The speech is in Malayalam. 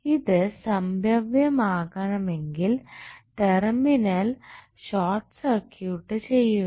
ഇത് സംഭവ്യമാകണമെങ്കിൽ ടെർമിനൽ ഷോർട്ട് സർക്യൂട്ട് ചെയ്യുക